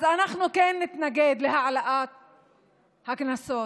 אנחנו כן נתנגד להעלאת הקנסות,